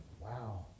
wow